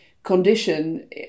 Condition